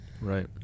Right